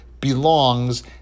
belongs